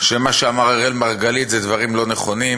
שמה שאמר אראל מרגלית זה דברים לא נכונים,